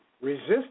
resist